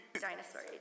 dinosaur